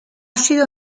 sido